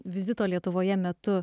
vizito lietuvoje metu